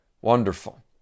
wonderful